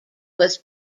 was